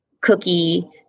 cookie